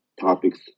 Topics